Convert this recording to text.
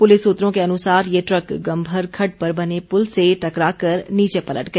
police सूत्रों के अनुसार ये ट्रक गंभर खड्ड पर बने पुल से टकरा कर नीचे पलट गया